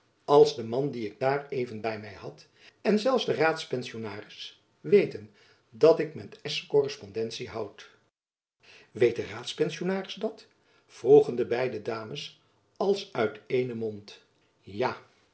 als de man die ik daar even by my had en zelfs de raadpensionaris weten dat ik met s korrespondentie houd weet de raadpensionaris dat vroegen de beide dames als uit eenen mond ja